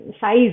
size